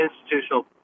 institutional